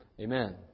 Amen